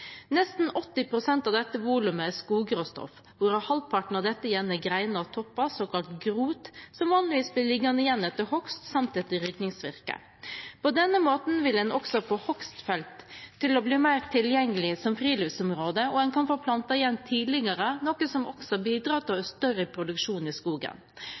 Nesten 80 pst. av dette volumet er skogråstoff, hvorav halvparten av dette igjen er grener og topper, såkalt GROT, som vanligvis blir liggende igjen etter hogst, samt rydningsvirke. På denne måten vil en også få hogstfelt til å bli mer tilgjengelige som friluftsområder, og en kan få plantet igjen tidligere, noe som også bidrar til større produksjon i skogen.